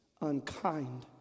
unkind